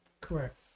Correct